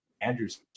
Andrews